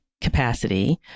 capacity